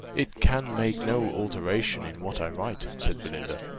it can make no alteration in what i write, said belinda.